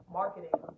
marketing